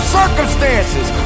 circumstances